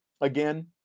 again